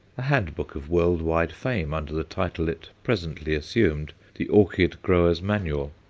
a hand-book of world-wide fame under the title it presently assumed, the orchid grower's manual.